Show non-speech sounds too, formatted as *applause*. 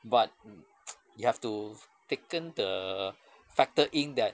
but *noise* you have to taken the factor in that